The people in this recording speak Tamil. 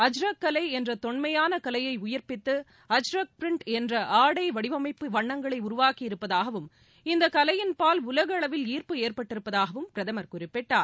அஜ்ரக் கலை என்ற தொன்மையான கலையை உயிா்ப்பித்து அஜ்ரக் பிரிண்ட் என்ற ஆடை வடிவமைப்பு வண்ணங்களை உருவாக்கி இருப்பதாகவும் இந்த கவையின்பால் உலகளவில் ஈர்ப்பு ஏற்பட்டிருப்பதாகவும் பிரதம் குறிப்பிட்டார்